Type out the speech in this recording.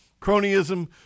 cronyism